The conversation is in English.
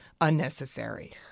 unnecessary